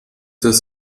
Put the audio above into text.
das